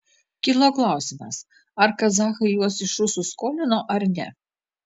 kilo klausimas ar kazachai juos iš rusų skolino ar ne